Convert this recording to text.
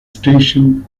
station